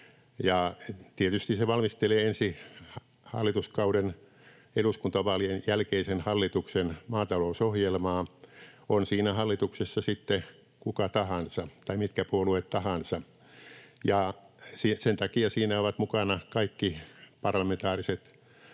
tietysti se valmistelee ensi hallituskauden, eduskuntavaalien jälkeisen hallituksen, maatalousohjelmaa, ovat siinä hallituksessa sitten mitkä puolueet tahansa, ja sen takia siinä ovat mukana kaikki parlamentaariset